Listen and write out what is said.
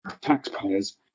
taxpayers